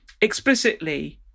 explicitly